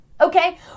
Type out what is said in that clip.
okay